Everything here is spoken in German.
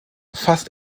fast